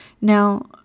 Now